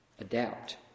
adapt